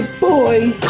boy!